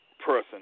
person